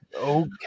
Okay